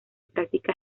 práctica